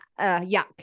yuck